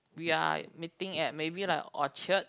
we are meeting at maybe like Orchard